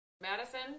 madison